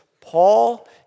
Paul